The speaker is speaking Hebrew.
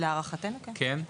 להערכתנו, כן.